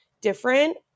different